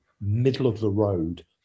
middle-of-the-road